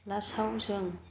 लास्टाव जों